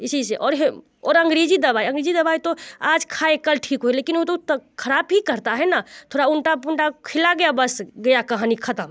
इसी से और और अंग्रेज़ी दवाई अंग्रेज़ी दवाई तो आज खाए कल ठीक हुए लेकिन वो तो तक ख़राब ही करता है ना थोड़ा उन्टा पुंटा खिला गया बस गया कहानी ख़त्म